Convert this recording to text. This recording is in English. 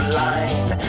line